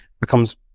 becomes